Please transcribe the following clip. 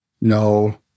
No